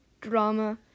drama